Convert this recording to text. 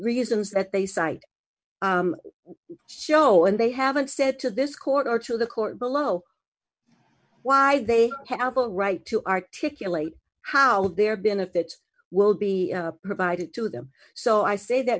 reasons that they cite show and they haven't said to this court or to the court below why they have a right to articulate how their benefits will be provided to them so i say that